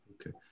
Okay